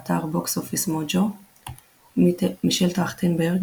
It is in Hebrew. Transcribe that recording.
באתר Box Office Mojo מישל טרכטנברג,